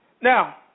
Now